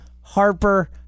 Harper